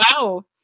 wow